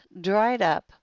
dried-up